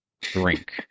drink